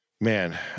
Man